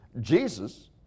Jesus